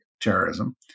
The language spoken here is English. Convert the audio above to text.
terrorism